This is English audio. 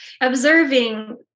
observing